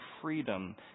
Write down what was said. freedom